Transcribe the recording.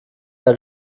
der